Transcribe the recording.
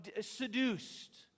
seduced